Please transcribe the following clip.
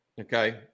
Okay